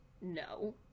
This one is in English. no